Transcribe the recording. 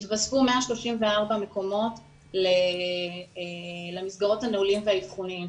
התווספו 134 מקומות למסגרות הנעולות והאבחוניות,